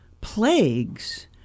plagues